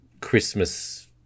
Christmas